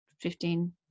fifteen